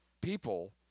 people